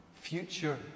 future